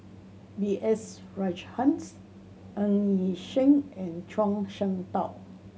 B S Rajhans Ng Yi Sheng and Zhuang Shengtao